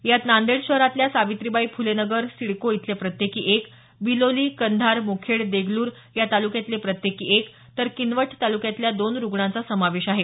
यात नांदेड शहरातल्या सावित्रीबाई फुले नगर सिडको इथले प्रत्येकी एक बिलोली कंधार मुखेड देगलूर या तालुक्यातले प्रत्येकी एक तर किनवट तालुक्यातल्या दोन रुग्णांचा समावेश आहे